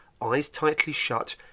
eyes-tightly-shut